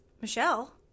Michelle